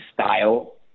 style